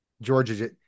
Georgia